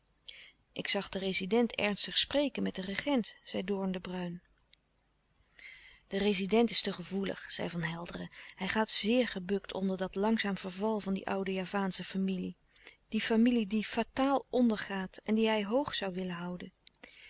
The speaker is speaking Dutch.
ik zag den rezident ernstig spreken met den regent zei doorn de bruijn de rezident is te gevoelig zei van helderen hij gaat zeer zeker gebukt onder dat langzaam verval van die oude javaansche familie die familie die fataal ondergaat en die hij hoog zoû willen houden